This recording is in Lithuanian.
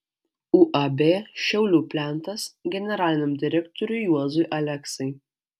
uab šiaulių plentas generaliniam direktoriui juozui aleksai